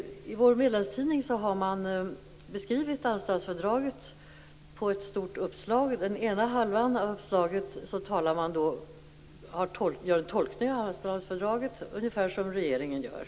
I vår medlemstidning har man beskrivit Amsterdamfördraget på ett stort uppslag. På den ena halvan av uppslaget görs ungefär samma tolkning av Amsterdamfördraget som regeringen gör.